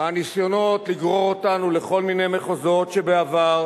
הניסיונות לגרור אותנו לכל מיני מחוזות שבעבר